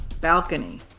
balcony